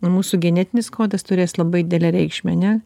mūsų genetinis kodas turės labai didelę reikšmę ane